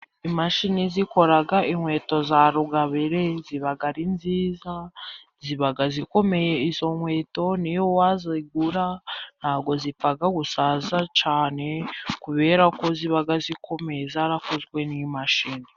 Imashini zikora inkweto za rugabire ziba ari nziza ziba zikomeye, izo nkweto niyo wazigura ntago zipfa gusaza cyane kubera ko ziba zikomeye zarakozwe n'imashini.